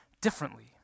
differently